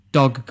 dog